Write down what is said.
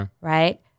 right